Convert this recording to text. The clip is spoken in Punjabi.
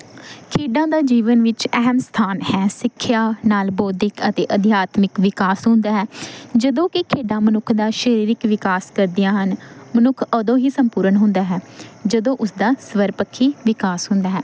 ਖੇਡਾਂ ਦਾ ਜੀਵਨ ਵਿੱਚ ਅਹਿਮ ਸਥਾਨ ਹੈ ਸਿੱਖਿਆ ਨਾਲ ਬੋਧਿਕ ਅਤੇ ਅਧਿਆਤਮਿਕ ਵਿਕਾਸ ਹੁੰਦਾ ਹੈ ਜਦੋਂ ਕਿ ਖੇਡਾਂ ਮਨੁੱਖ ਦਾ ਸਰੀਰਕ ਵਿਕਾਸ ਕਰਦੀਆਂ ਹਨ ਮਨੁੱਖ ਉਦੋਂ ਹੀ ਸੰਪੂਰਨ ਹੁੰਦਾ ਹੈ ਜਦੋਂ ਉਸਦਾ ਸਰਵਪੱਖੀ ਵਿਕਾਸ ਹੁੰਦਾ ਹੈ